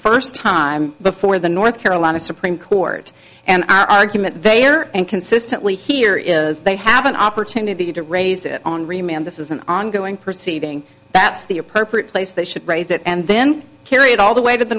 first time before the north carolina supreme court and argument they are and consistently here is they have an opportunity to raise it on remember this is an ongoing proceeding that's the appropriate place they should raise it and then carry it all the way to the